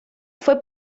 fue